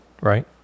right